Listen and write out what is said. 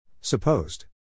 supposed